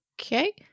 Okay